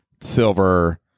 silver